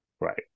Right